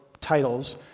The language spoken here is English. titles